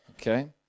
Okay